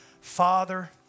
Father